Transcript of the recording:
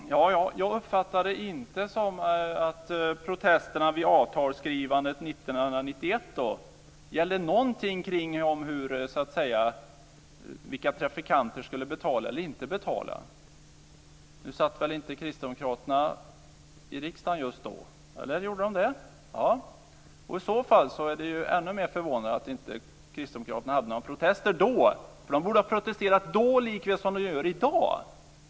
Fru talman! Jag uppfattar det inte så att protesterna vid avtalsskrivandet 1991 gällde vilka trafikanter som skulle betala eller inte betala. Nu satt väl inte Kristdemokraterna i riksdagen just då. Eller gjorde de det? Ja. I så fall är det ännu mer förvånande att Kristdemokraterna inte protesterade då. De borde ha protesterat då, likväl som de gör i dag.